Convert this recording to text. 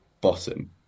bottom